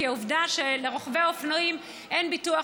כי העובדה שלרוכבי אופנועים אין ביטוח,